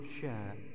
share